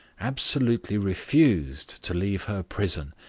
absolutely refused to leave her prison,